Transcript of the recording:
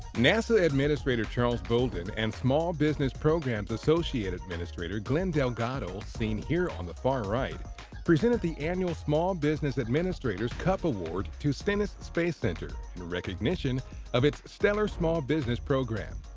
nasa administrator charles bolden and small business programs associate administrator glenn delgado seen here on the far right presented the annual small business administrator's cup award to stennis space center in recognition of its stellar small business program.